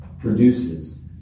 produces